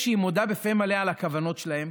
כשהיא מודה בפה מלא בכוונות שלהם,